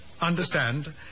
Understand